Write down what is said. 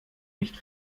nicht